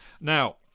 now